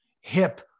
hip